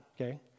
okay